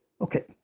Okay